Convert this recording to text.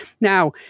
Now